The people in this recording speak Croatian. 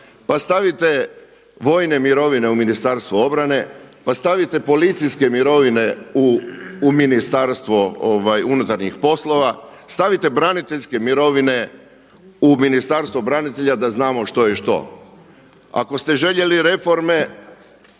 pa stavite vojne mirovine u Ministarstvo obrane, pa stavite policijske mirovine u Ministarstvo unutarnjih poslova, stavite braniteljske mirovine u Ministarstvo branitelja da znamo što je što. Ako ste željeli reforme